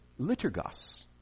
liturgos